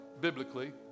biblically